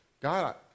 God